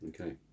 Okay